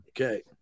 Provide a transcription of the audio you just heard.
Okay